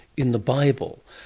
in the bible?